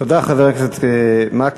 תודה, חבר הכנסת מקלב.